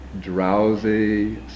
drowsy